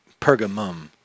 Pergamum